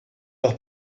los